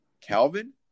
Calvin